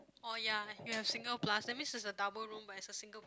oh ya you have a single plus that means it's a double room where it's a single